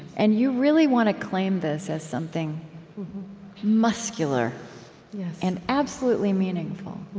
and you really want to claim this as something muscular and absolutely meaningful